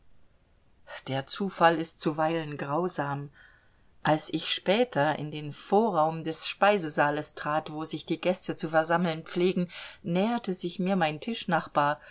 der zufall ist zuweilen grausam als ich später in den vorraum des speisesaales trat wo sich die gäste zu versammeln pflegen näherte sich mir mein tischnachbar